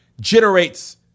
generates